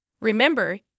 Remember